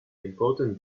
important